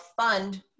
fund